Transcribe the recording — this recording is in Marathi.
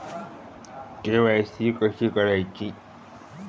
के.वाय.सी कशी करायची?